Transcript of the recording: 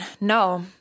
No